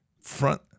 front